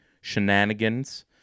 shenanigans